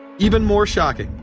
even more shocking,